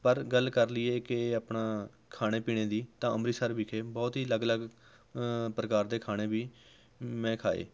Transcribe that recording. ਪਰ ਗੱਲ ਕਰ ਲਈਏ ਕਿ ਆਪਣਾ ਖਾਣੇ ਪੀਣੇ ਦੀ ਤਾਂ ਅੰਮ੍ਰਿਤਸਰ ਵਿਖੇ ਬਹੁਤ ਹੀ ਅਲੱਗ ਅਲੱਗ ਪ੍ਰਕਾਰ ਦੇ ਖਾਣੇ ਵੀ ਮੈਂ ਖਾਧੇ